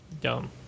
dumb